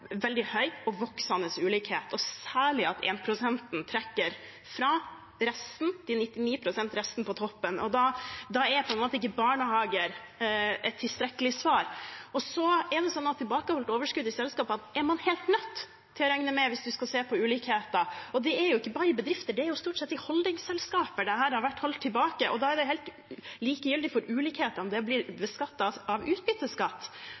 veldig høy og voksende ulikhet, og særlig at 1 pst.-en trekker fra resten, 99 pst., på toppen. Da er ikke barnehager et tilstrekkelig svar. Tilbakeholdt overskudd i selskapene er man helt nødt til å regne med hvis man skal se på ulikheter, og det er jo ikke bare i bedrifter. Det er stort sett i holdingselskaper dette har vært holdt tilbake, og da er det helt likegyldig for ulikhetene å bli beskattet ved utbytteskatt. Realiteten er at formue og inntekt i Norge er ekstremt skjevfordelt, og det